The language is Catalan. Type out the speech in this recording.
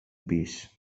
pis